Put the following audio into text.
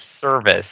service